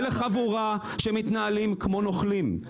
אלה חבורת אנשים שמתנהלים כמו נוכלים.